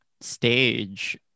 stage